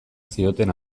zioten